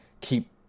keep